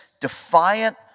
defiant